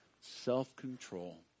self-control